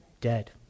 dead